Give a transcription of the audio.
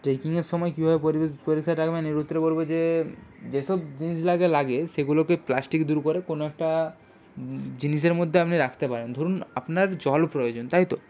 ট্রেকিংয়ের সময় কীভাবে পরিবেশ পরিষ্কার রাখবেন এর উত্তরে বলব যে যে সব জিনিস লাগে লাগে সেগুলোকে প্লাস্টিক দূর করে কোনো একটা জিনিসের মধ্যে আপনি রাখতে পারেন ধরুন আপনার জল প্রয়োজন তাই তো